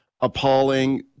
appalling